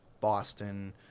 Boston